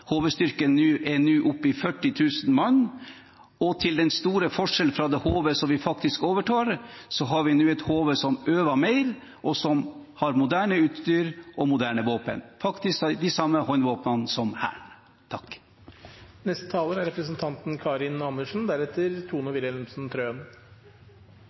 er nå oppe i 40 000 mann, og til den store forskjell fra det HV som vi overtok, har vi nå et HV som øver mer, og som har moderne utstyr og moderne våpen, faktisk de samme håndvåpnene som Hæren. Det er mange ting man kunne snakket om her. Et av de grepene regjeringen har tatt når det gjelder eldreomsorg, er